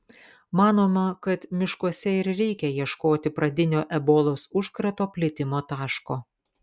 manoma kad miškuose ir reikia ieškoti pradinio ebolos užkrato plitimo taško